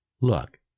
look